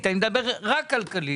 כלכלית?